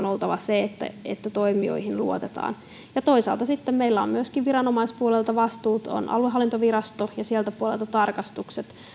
oltava se että että toimijoihin luotetaan ja toisaalta sitten meillä on myöskin viranomaispuolelta vastuut on aluehallintovirasto ja siltä puolelta tarkastukset